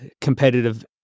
competitive